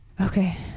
Okay